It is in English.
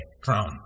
crown